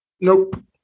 Nope